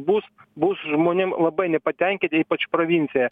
bus bus žmonėm labai nepatenkinti ypač provincijoje